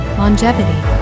longevity